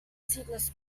seedless